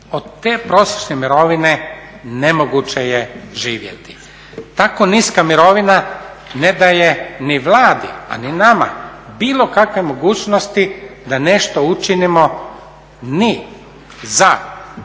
od te prosječne mirovine nemoguće je živjeti. Tako niska mirovina ne daje ni Vladi a ni nama bilo kakve mogućnosti da nešto učinimo ni za novi